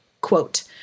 quote